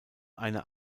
einer